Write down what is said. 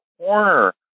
corner